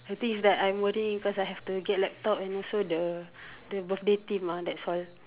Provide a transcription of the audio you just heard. the thing is that I'm worrying because I have to get laptop and also the the birthday theme ah that's all